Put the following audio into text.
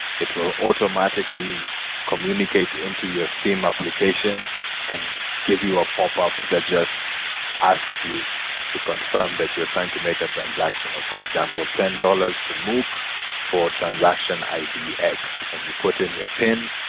it will automatically communicate into your sim application and give you a popup that just asks you to confirm that you're trying to make a transaction. for example, ten dollars to mookh for transaction i d. x and you put in your pin,